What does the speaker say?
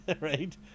right